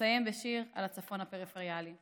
לסיים בשיר על הצפון הפריפריאלי.